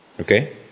Okay